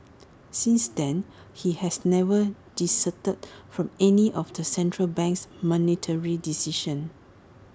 since then he has never dissented from any of the central bank's monetary decisions